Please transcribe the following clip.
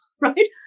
right